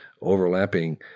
overlapping